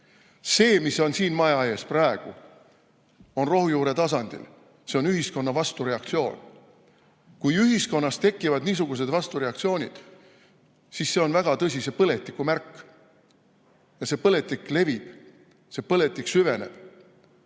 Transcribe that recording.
See, mis on siin maja ees praegu, on rohujuure tasandil, see on ühiskonna vastureaktsioon. Kui ühiskonnas tekivad niisugused vastureaktsioonid, siis see on väga tõsise põletiku märk. See põletik levib, see põletik süveneb.